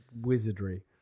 Wizardry